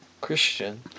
Christian